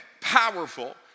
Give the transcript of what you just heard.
powerful